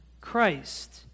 Christ